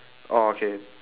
orh okay